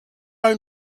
own